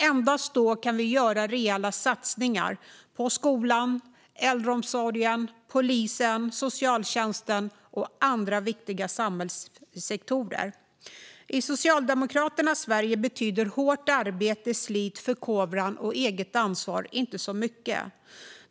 Endast då kan vi göra rejäla satsningar på skolan, äldreomsorgen, polisen, socialtjänsten och andra viktiga samhällssektorer. I Socialdemokraternas Sverige betyder hårt arbete, slit, förkovran och eget ansvar inte så mycket.